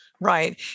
Right